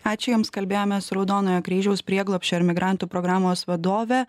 ačiū jums kalbėjomės su raudonojo kryžiaus prieglobsčio ir migrantų programos vadove